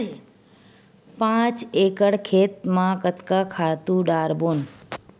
पांच एकड़ खेत म कतका खातु डारबोन?